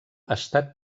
estat